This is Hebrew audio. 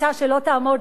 הצעה שלא תעמוד,